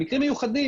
במקרים מיוחדים,